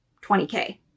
20K